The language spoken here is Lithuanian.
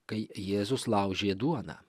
kai jėzus laužė duoną